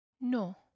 no